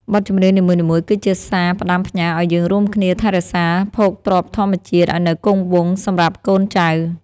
បទចម្រៀងនីមួយៗគឺជាសារផ្ដាំផ្ញើឱ្យយើងរួមគ្នាថែរក្សាភោគទ្រព្យធម្មជាតិឱ្យនៅគង់វង្សសម្រាប់កូនចៅ។